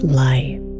light